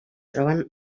troben